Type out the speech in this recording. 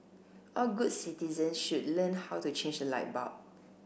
all good citizen should learn how to change a light bulb